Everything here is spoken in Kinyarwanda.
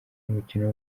umukino